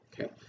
okay